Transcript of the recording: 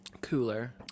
Cooler